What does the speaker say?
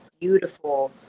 beautiful